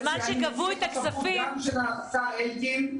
אני נציג החשבות גם של השר אלקין,